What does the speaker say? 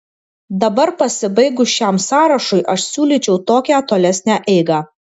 dabar pasibaigus šiam sąrašui aš siūlyčiau tokią tolesnę eigą